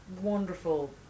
wonderful